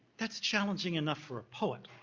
that's challenging enough for a poet.